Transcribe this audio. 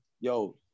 Yo